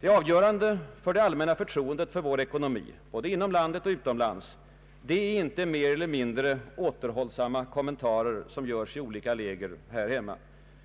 Det avgörande för det allmänna för troendet för vår ekonomi både inom landet och utomlands är inte mer eller mindre återhållsamma kommentarer som görs i olika läger här hemma,